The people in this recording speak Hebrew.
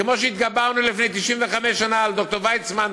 שכמו שהתגברנו לפני 95 שנה על ד"ר ויצמן ושליחיו,